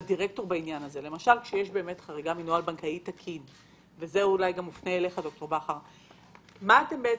כשיש חריגה מנוהל בנקאי תקין, מה אתם עושים?